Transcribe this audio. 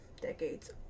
decades